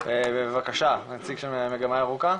ובבקשה נציג של מגמה ירוקה.